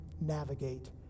navigate